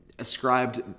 ascribed